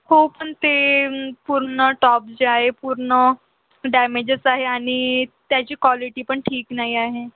हो पण ते पूर्ण टॉप जे आहे पूर्ण डॅमेजचं आहे आणि त्याची क्वालिटी पण ठीक नाही आहे